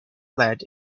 lead